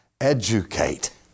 educate